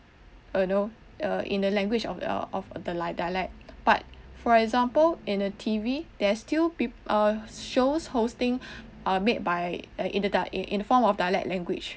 you know err in the language of a of a the like~ dialect but for example in a T_V there's still peop~ uh shows hosting are made by err in the dia~ in the form of dialect language